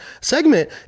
segment